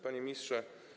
Panie Ministrze!